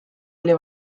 oli